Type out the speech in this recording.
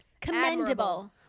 commendable